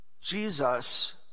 Jesus